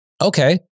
Okay